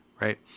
right